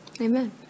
Amen